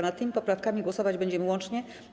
Nad tymi poprawkami głosować będziemy łącznie.